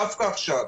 דווקא עכשיו,